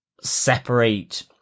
separate